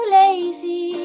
lazy